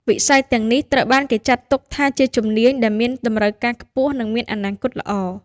វិស័យទាំងនេះត្រូវបានគេចាត់ទុកថាជាជំនាញដែលមានតម្រូវការខ្ពស់និងមានអនាគតល្អ។